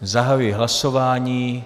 Zahajuji hlasování.